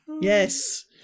Yes